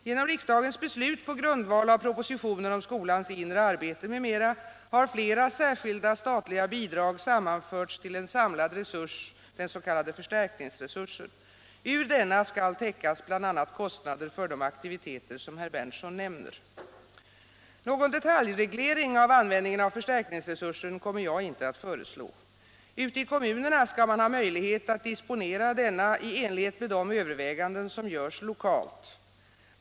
Genom riksdagens beslut på grundval av propositionen om skolans inre arbete m.m. har flera särskilda statliga bidrag sammanförts till en samlad resurs, den s.k. förstärkningsresursen. Ur denna skall täckas bl.a. kostnader för de aktiviteter som herr Berndtson nämner. Någon detaljreglering av användningen av förstärkningsresursen kommer jag inte att föreslå. Ute i kommunerna skall man ha möjlighet att disponera denna i enlighet med de överväganden som görs lokalt.